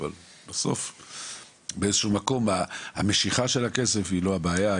אבל בסוף באיזשהו מקום המשיכה של הכסף היא לא הבעיה,